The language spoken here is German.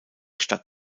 stadt